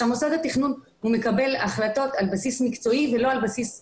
מוסד התכנון מקבל החלטות על בסיס מקצועי ולא על בסיס פוליטי,